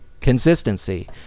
consistency